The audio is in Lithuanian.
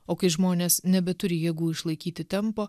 o kai žmonės nebeturi jėgų išlaikyti tempo